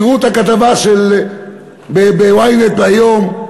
תראו את הכתבה ב-ynet היום.